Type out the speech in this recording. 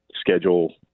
schedule